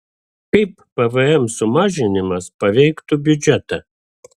kaip pvm sumažinimas paveiktų biudžetą